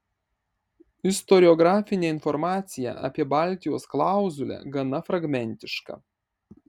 istoriografinė informacija apie baltijos klauzulę gana fragmentiška